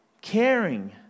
caring